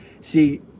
See